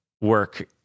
work